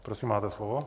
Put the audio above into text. Prosím, máte slovo.